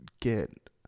get